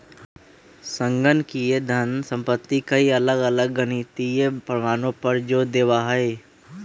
संगणकीय धन संपत्ति कई अलग अलग गणितीय प्रमाणों पर जो देवा हई